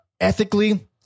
ethically